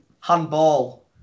handball